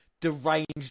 deranged